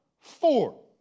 Four